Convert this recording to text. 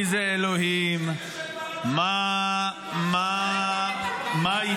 על מי זה אלוהים ----- על מה אתה מדבר?